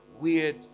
weird